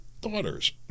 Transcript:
daughters